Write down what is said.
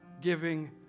giving